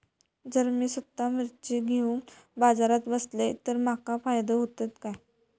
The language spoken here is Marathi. जर मी स्वतः मिर्ची घेवून बाजारात बसलय तर माका फायदो होयत काय?